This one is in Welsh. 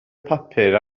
papur